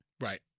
Right